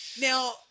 Now